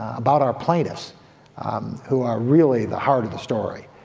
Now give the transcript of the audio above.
about our plaintiffs who are really the heart of the story.